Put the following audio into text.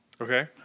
Okay